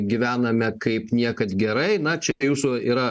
gyvename kaip niekad gerai na čia jūsų yra